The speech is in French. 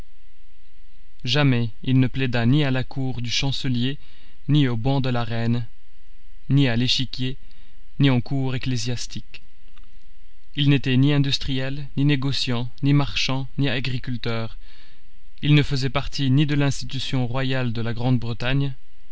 jamais il ne plaida ni à la cour du chancelier ni au banc de la reine ni à l'échiquier ni en cour ecclésiastique il n'était ni industriel ni négociant ni marchand ni agriculteur il ne faisait partie ni de l'institution royale de la grande-bretagne